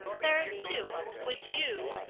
there is, too. would you,